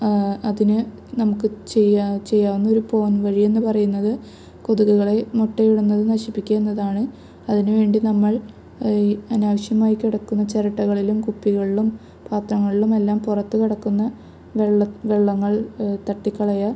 അതിന് നമുക്ക് ചെയ്യാ ചെയ്യാന്നൊരു പോംവഴി എന്ന് പറയുന്നത് കൊതുകുകളെ മുട്ടയിടുന്നത് നശിപ്പിക്കുകയെന്നതാണ് അതിന് വേണ്ടി നമ്മള് അനാവശ്യമായി കിടക്കുന്ന ചിരട്ടകളിലും കുപ്പികളിലും പാത്രങ്ങളിലുമെല്ലാം പുറത്ത് കിടക്കുന്ന വെള്ളം വെള്ളങ്ങള് തട്ടിക്കളയുക